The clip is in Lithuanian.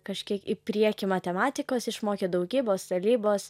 kažkiek į priekį matematikos išmokė daugybos dalybos